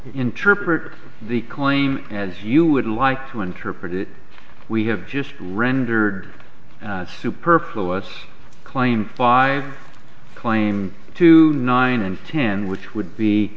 interpret the claim as you would like to interpret it we have just rendered superfluous claims by claim to nine and ten which would be